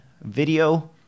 video